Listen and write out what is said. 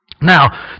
Now